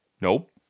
Nope